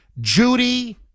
judy